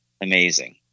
Amazing